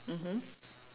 mmhmm